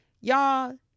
Y'all